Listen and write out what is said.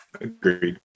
Agreed